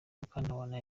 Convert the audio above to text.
mukantabana